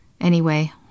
Anyway